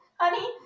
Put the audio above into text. honey